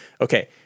Okay